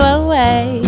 away